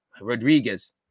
Rodriguez